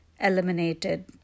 eliminated